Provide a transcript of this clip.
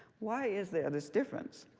why is there this difference?